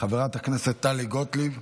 חברת הכנסת טלי גוטליב,